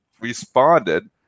responded